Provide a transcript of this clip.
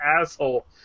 asshole